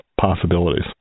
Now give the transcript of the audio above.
possibilities